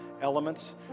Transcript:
elements